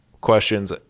questions